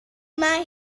mae